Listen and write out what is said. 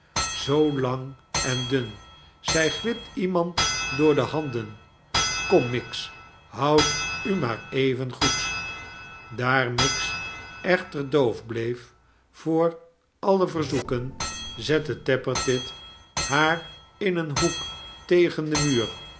zoo lang en dun zij glipt iemand door de handen kom miggs houd u maar even goed daar miggs echter doof bleef voor alle verzoeken zette tappertit haar in een hoek tegen den muur